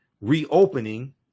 reopening